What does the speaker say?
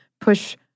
push